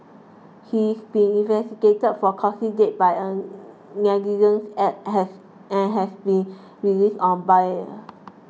he is being investigated for causing death by a negligent act has and has been released on bail